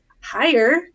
higher